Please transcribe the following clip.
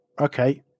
okay